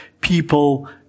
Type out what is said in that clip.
people